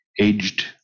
aged